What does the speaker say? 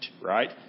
right